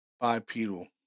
bipedal